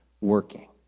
working